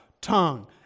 tongue